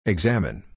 Examine